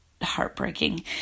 heartbreaking